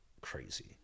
crazy